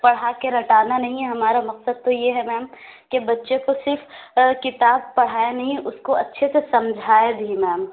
پڑھا کے رٹانا نہیں ہے ہمارا مقصد تو یہ ہے میم کہ بچے كو صرف كتاب پڑھائیں نہیں اُس كو اچھے سے سمجھائیں بھی میم